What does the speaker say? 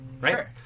right